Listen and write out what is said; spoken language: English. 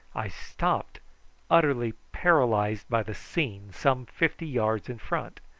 i stopped utterly paralysed by the scene some fifty yards in front.